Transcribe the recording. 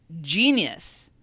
genius